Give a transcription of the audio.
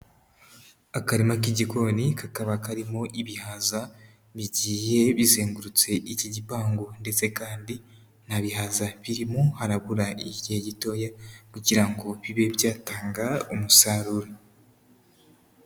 Akarima k'igikoni, kakaba karimo ibihaza bigiye bizengurutse iki gipangu ndetse kandi nta bihaza birimo, harabura igihe gitoya kugira ngo bibe byatanga umusaruro.